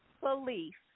belief